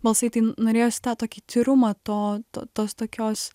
balsai tai norėjosi tą tokį tyrumą to to tos tokios